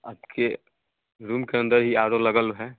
आपके रूम के अंदर ही आर ओ लगल है